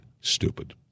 stupid